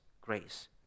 grace